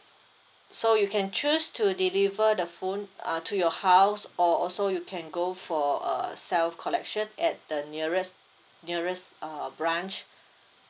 so you can choose to deliver the phone uh to your house or also you can go for a self collection at the nearest nearest uh branch